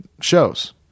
shows